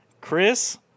Chris